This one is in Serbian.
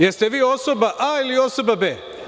Jeste li vi osoba A ili osoba B?